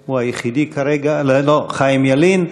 הוא היחיד כרגע, לא, חיים ילין.